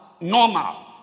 normal